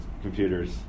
computers